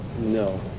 No